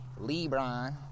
LeBron